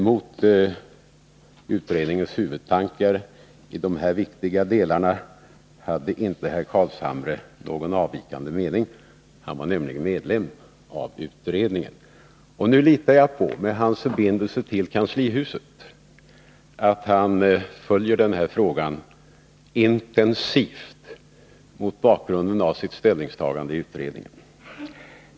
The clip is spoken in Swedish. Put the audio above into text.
Mot utredningens huvudtankar i de här viktiga delarna hade inte herr Carlshamre någon avvikande mening. Han var nämligen ledamot av utredningen. Och nu litar jag på att han, med sina förbindelser till kanslihuset, följer den här frågan intensivt, mot bakgrund av sitt ställningstagande i utredningen.